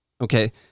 Okay